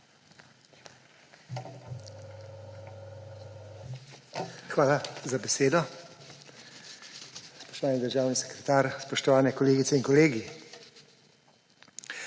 Hvala za besedo. Spoštovani državni sekretar, spoštovane kolegice in kolegi!